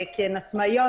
כי הן עצמאיות,